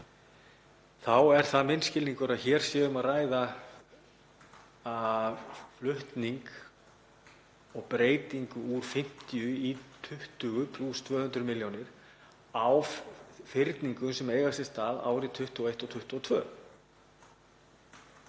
er það minn skilningur að hér sé um að ræða flutning og breytingu úr 50 í 20 plús 200 milljónir á fyrningum sem eiga sér stað árin 2021 og 2022.